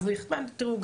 תראו,